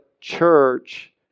church